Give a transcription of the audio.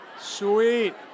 Sweet